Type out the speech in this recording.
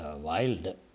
wild